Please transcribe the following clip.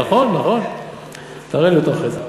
נכון, תראה לי אותם אחרי זה.